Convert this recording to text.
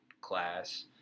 class